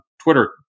Twitter